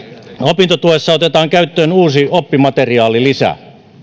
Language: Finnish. opintotuessa otetaan käyttöön uusi oppimateriaalilisä